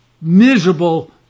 miserable